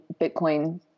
Bitcoin